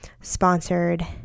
sponsored